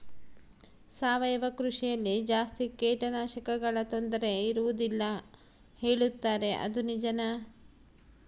ಸಾವಯವ ಕೃಷಿಯಲ್ಲಿ ಜಾಸ್ತಿ ಕೇಟನಾಶಕಗಳ ತೊಂದರೆ ಇರುವದಿಲ್ಲ ಹೇಳುತ್ತಾರೆ ಅದು ನಿಜಾನಾ?